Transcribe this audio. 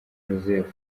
joseph